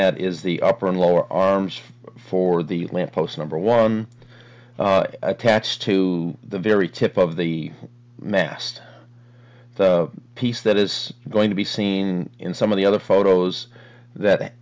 that is the upper and lower arms for the lamp post number one attached to the very tip of the mast piece that is going to be seen in some of the other photos that